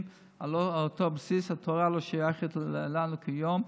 על אותו בסיס: התורה לא שייכת לנו כיום,